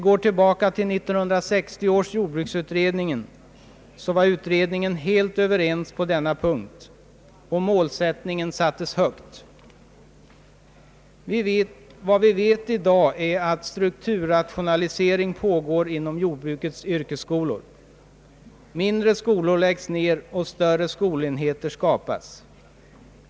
1960 års jordbruksutredning var helt överens på denna punkt, och målet sattes högt. Vi vet i dag att strukturrationalisering pågår inom jordbrukets yrkesskolor. Mindre skolor läggs ner och större skolenheter skapas.